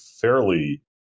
fairly